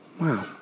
Wow